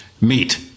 meet